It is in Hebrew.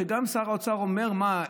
שגם שר האוצר אומר: מה,